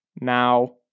now